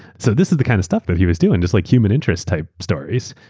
so this is the kind of stuff that he was doing, just like human interest-type stories,